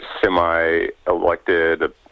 semi-elected